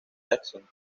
jackson